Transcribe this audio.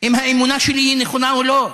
אם האמונה שלנו היא נכונה או לא.